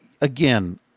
Again